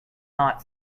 not